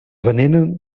veneren